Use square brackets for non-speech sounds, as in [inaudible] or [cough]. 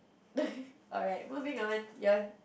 [laughs] alright moving on ya